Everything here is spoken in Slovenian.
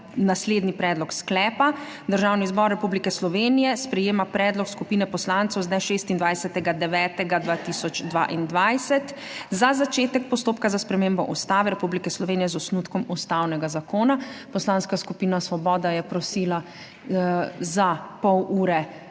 naslednji predlog sklepa: Državni zbor Republike Slovenije sprejema predlog skupine poslancev z dne 26. 9. 2022 za začetek postopka za spremembo Ustave Republike Slovenije z osnutkom ustavnega zakona. Poslanska skupina Svoboda je prosila za pol ure